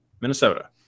Minnesota